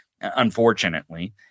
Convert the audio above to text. unfortunately